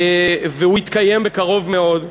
והוא יתקיים בקרוב מאוד,